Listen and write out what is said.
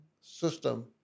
system